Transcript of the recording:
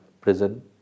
prison